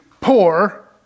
poor